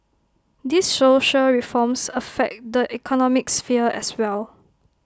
these social reforms affect the economic sphere as well